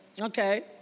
Okay